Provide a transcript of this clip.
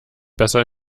besser